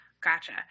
gotcha